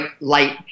light